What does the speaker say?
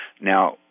Now